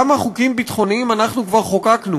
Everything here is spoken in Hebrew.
כמה חוקים ביטחוניים אנחנו כבר חוקקנו